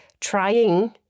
trying